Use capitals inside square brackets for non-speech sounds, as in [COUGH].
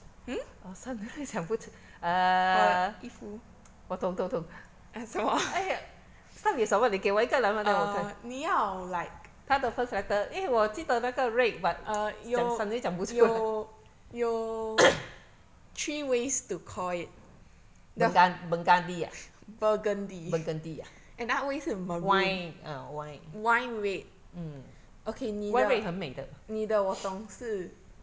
我 suddenly 想不出 err 我懂懂懂 !aiya! start with 什么你给我一个 letter 它的 first letter 因为我记得那个 red but [NOISE] 讲 suddenly 讲不出来 [COUGHS] burgun~ burgundy ah burgundy ah wine ah wine mm wine red 很美的